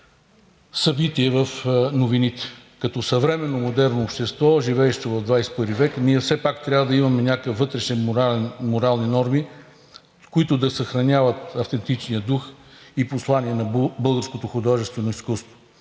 събитие в новините. Като съвременно модерно общество, живеещо в 21-ви век, ние все пак трябва да имаме някакви вътрешни морални норми, които да съхраняват автентичния дух и послание на българското художествено изкуство.